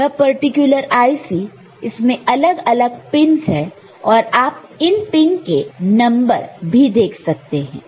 यह particular IC इसमें अलग अलग पिनस है और आप इन पिन के नंबर भी देख सकते हैं